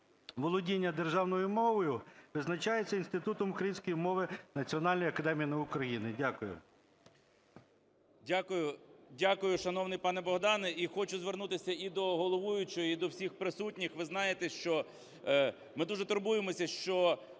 володіння державною мовою визначається Інститутом української мови Національної академії наук України. Дякую.